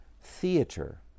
theater